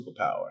superpower